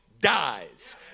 dies